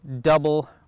Double